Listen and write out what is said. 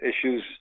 issues